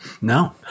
no